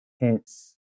hence